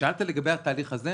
כדי לתת שירות יותר טוב.